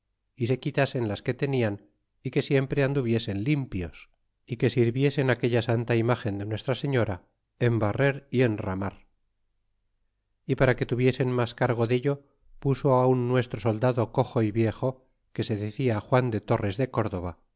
y se quitasen las que traian y que siempre anduviesen limpios y que sirviesen aquella santa imgen de nuestra señora en barrer y enramar y para que tuviesen mas cargo dello puso un nuestro soldado coxo é viejo que se decia juan de torres de córdova